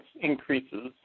increases